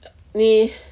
你